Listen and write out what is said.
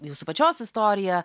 jūsų pačios istorija